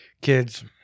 Kids